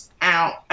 out